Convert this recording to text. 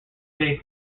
paid